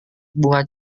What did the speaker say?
bunga